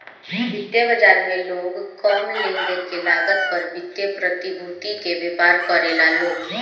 वित्तीय बाजार में लोग कम लेनदेन के लागत पर वित्तीय प्रतिभूति के व्यापार करेला लो